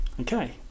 Okay